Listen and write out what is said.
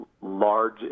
large